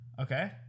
okay